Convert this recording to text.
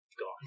gone